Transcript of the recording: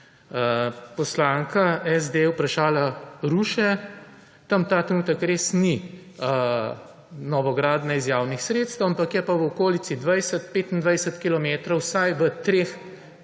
Poslanka SD je vprašala Ruše. Tam ta trenutek res ni novogradnja iz javnih sredstev, ampak je pa v okolici 20, 25 kilometrov vsaj v treh